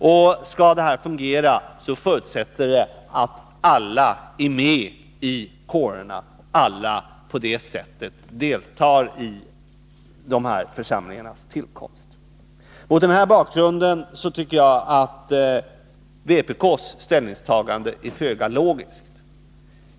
Om detta skall fungera förutsätter det att alla är med i kårerna, att alla på det sättet deltar i de här församlingarnas tillkomst. Mot den här bakgrunden tycker jag att vpk:s ställningstagande är föga logiskt.